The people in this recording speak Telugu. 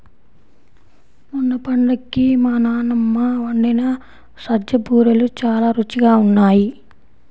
మొన్న పండక్కి మా నాన్నమ్మ వండిన సజ్జ బూరెలు చాలా రుచిగా ఉన్నాయి